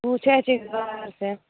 पुछै छी बाबासँ